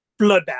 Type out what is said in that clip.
bloodbath